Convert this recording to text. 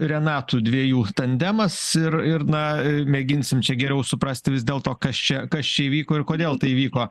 renatų dviejų tandemas ir ir na mėginsim čia geriau suprasti vis dėlto kas čia kas čia įvyko ir kodėl tai įvyko